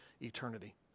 eternity